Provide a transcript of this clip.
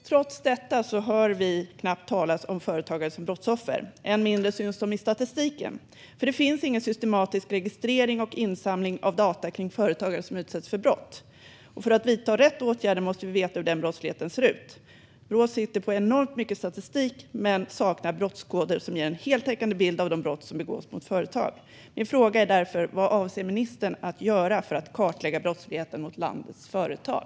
Trots detta hör vi knappt talas om företagare som brottsoffer. Än mindre syns de i statistiken. Det finns nämligen ingen systematisk registrering och insamling av data kring företagare som utsätts för brott. För att vidta rätt åtgärder måste vi veta hur den brottsligheten ser ut. Brå sitter på enormt mycket statistik men saknar brottskoder som ger en heltäckande bild av de brott som begås mot företag. Min fråga är därför vad ministern avser att göra för att kartlägga brottsligheten mot landets företag.